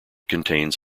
contains